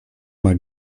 mag